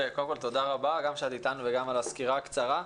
תודה רבה על כך שאת איתנו וגם על הסקירה הקצרה.